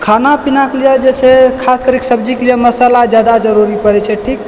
खाना पीनाके लेल जे छै खास करिकऽ सब्जीके लेल मसाला जादा जरूरी पड़ै छै ठीक